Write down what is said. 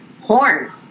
horn